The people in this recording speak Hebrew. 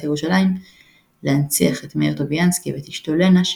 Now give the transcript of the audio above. ירושלים להנציח את מאיר טוביאנסקי ואת אשתו לנה,